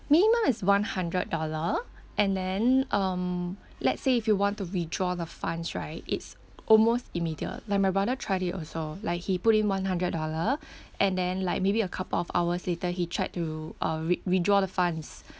minimum is one hundred dollar and then um let's say if you want to withdraw the funds right it's almost immediate like my brother tried it also like he put in one hundred dollar and then like maybe a couple of hours later he tried to uh w~ withdraw the funds